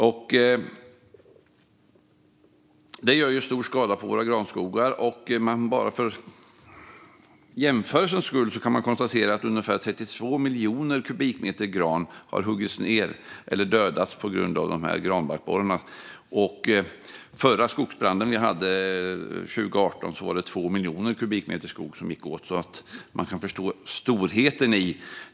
Detta gör stor skada på våra granskogar. Bara för jämförelsens skull kan man konstatera att ungefär 32 miljoner kubikmeter gran har huggits ned eller dödats på grund av granbarkborrarna och att det var 2 miljoner kubikmeter skog som gick åt under skogsbranden 2018.